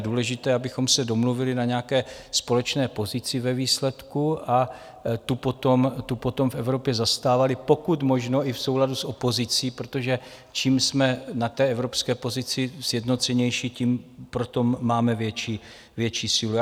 Důležité je, abychom se domluvili na nějaké společné pozici ve výsledku a tu potom v Evropě zastávali pokud možno i v souladu s opozicí, protože čím jsme na té evropské pozici sjednocenější, tím potom máme větší sílu.